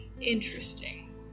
Interesting